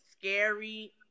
scary